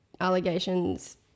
allegations